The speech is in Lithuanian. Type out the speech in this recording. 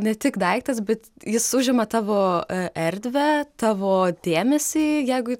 ne tik daiktas bet jis užima tavo erdvę tavo dėmesį jeigu